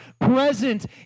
present